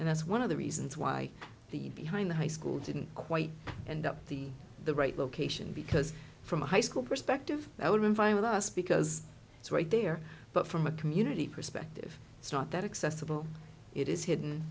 and that's one of the reasons why the behind the high school didn't quite end up the the right location because from a high school perspective that would invite with us because it's right there but from a community perspective it's not that excessive oh it is hidden